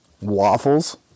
waffles